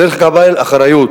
צריך לקבל אחריות.